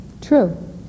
True